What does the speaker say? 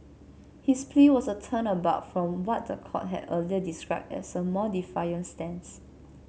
his plea was a turnabout from what the court had earlier described as a more defiant stance